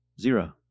zero